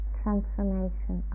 transformation